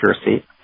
accuracy